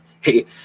hey